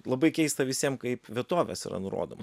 labai keista visiem kaip vietovės yra nurodoma